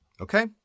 Okay